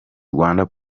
rwanda